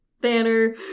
banner